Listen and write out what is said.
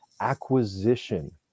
acquisition